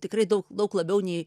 tikrai daug daug labiau nei